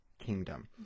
kingdom